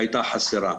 שהייתה חסרה.